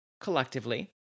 collectively